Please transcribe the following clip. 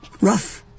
rough